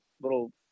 little